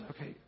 okay